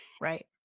Right